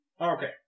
Okay